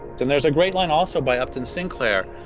and there's a great line also by upton sinclair.